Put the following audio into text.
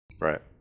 right